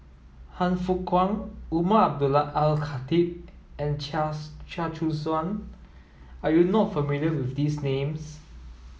Han Fook Kwang Umar Abdullah Al Khatib and Chia's Chia Choo Suan are you not familiar with these names